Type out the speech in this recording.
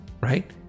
right